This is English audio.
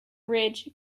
ridge